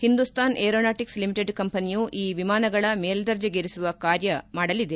Hindustan aeronautics limited ಕಂಪನಿಯು ಈ ವಿಮಾನಗಳ ಮೇಲ್ದರ್ಜೆಗೇರಿಸುವ ಕಾರ್ಯ ಮಾಡಲಿದೆ